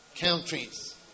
countries